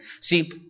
See